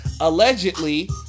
allegedly